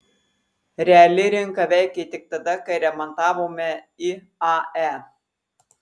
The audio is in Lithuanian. reali rinka veikė tik tada kai remontavome iae